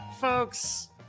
folks